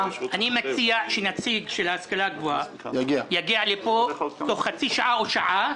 אני מציע שנציג של ההשכלה הגבוהה יגיע לפה בתוך חצי שעה או שעה,